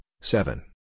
seven